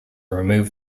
remove